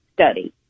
study